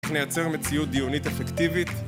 נייצר מציאות דיונית אפקטיבית